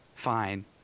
Fine